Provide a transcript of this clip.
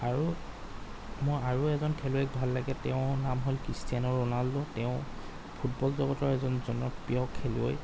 আৰু মই আৰু এজন খেলুৱৈক ভাল লাগে তেওঁৰ নাম হ'ল ক্ৰিষ্টিয়ানো ৰোনাল্ড' তেওঁ ফুটবল জগতৰ এজন জনপ্ৰিয় খেলুৱৈ